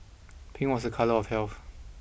pink was a colour of health